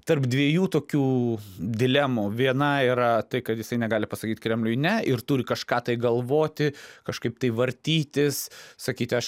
tarp dviejų tokių dilemų viena yra tai kad jisai negali pasakyt kremliui ne ir turi kažką tai galvoti kažkaip tai vartytis sakyti aš